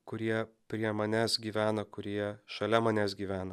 kurie prie manęs gyvena kurie šalia manęs gyvena